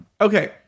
Okay